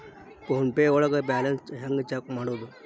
Phone pay ಒಳಗ balance ಹೆಂಗ್ check ಮಾಡುವುದು?